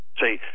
See